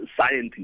scientists